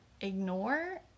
ignore